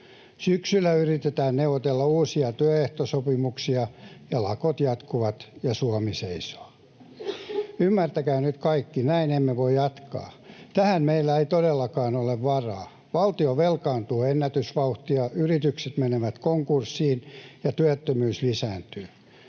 Syksyllä yritetään neuvotella uusia työehtosopimuksia, lakot jatkuvat, ja Suomi seisoo. Ymmärtäkää nyt kaikki, näin emme voi jatkaa. Tähän meillä ei todellakaan ole varaa. Valtio velkaantuu ennätysvauhtia, yritykset menevät konkurssiin, ja työttömyys lisääntyy.